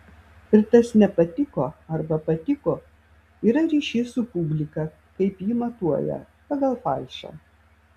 ir tas nepatiko arba patiko yra ryšys su publika kaip ji matuoja pagal falšą